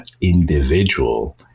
individual